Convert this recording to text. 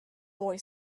boy